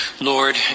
Lord